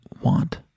want